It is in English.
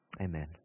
Amen